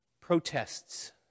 protests